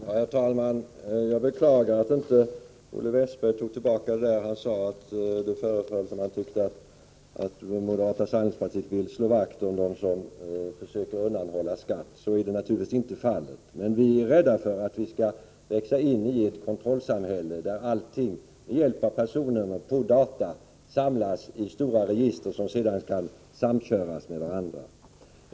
Herr talman! Jag beklagar att inte Olle Westberg tog tillbaka påståendet att det förefaller som om moderata samlingspartiet vill slå vakt om dem som försöker undanhålla skatt. Så är naturligtvis inte fallet. Men vi är rädda för att växa in i ett kontrollsamhälle, där allting med hjälp av personnummer och data samlas i stora register som sedan kan samköras med varandra.